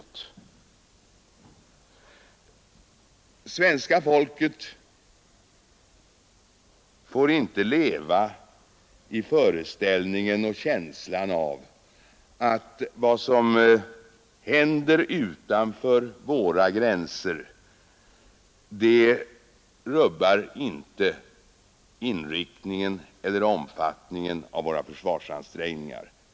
Det svenska folket får inte leva i föreställningen om och känslan av att vad som händer utanför våra gränser inte rubbar inriktningen eller omfattningen av våra försvarsansträngningar.